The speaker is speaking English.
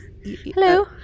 hello